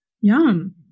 Yum